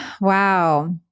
Wow